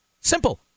Simple